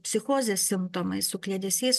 psichozės simptomais su kliedesiais